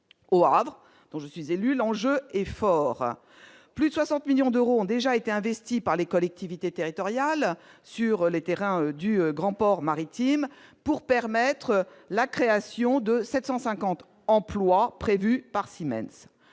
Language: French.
au Havre, donc je suis élue, l'enjeu est fort, plus de 60 millions d'euros ont déjà été investis par les collectivités territoriales, sur le terrain du Grand port maritime pour permettre la création de 750 emplois prévus par Siemens,